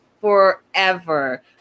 forever